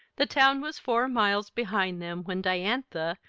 the town was four miles behind them when diantha,